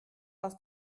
aus